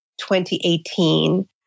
2018